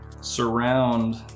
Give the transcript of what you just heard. surround